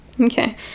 Okay